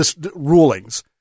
rulings